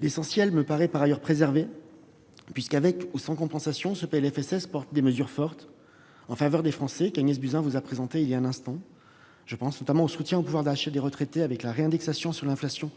L'essentiel me paraît par ailleurs préservé puisque, avec ou sans compensation, ce PLFSS contient des mesures fortes en faveur des Français, mesures que Mme Agnès Buzyn vous a présentées il y a un instant. Je pense notamment au soutien au pouvoir d'achat des retraités, avec la réindexation sur l'inflation